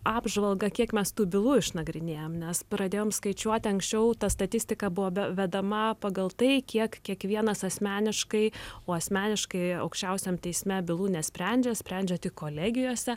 apžvalgą kiek mes tų bylų išnagrinėjam nes pradėjom skaičiuoti anksčiau ta statistika buvo be vedama pagal tai kiek kiekvienas asmeniškai o asmeniškai aukščiausiam teisme bylų nesprendžia sprendžia tik kolegijose